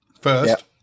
first